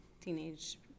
teenage